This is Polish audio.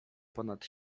ponad